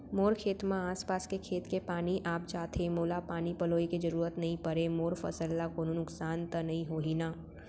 मोर खेत म आसपास के खेत के पानी आप जाथे, मोला पानी पलोय के जरूरत नई परे, मोर फसल ल कोनो नुकसान त नई होही न?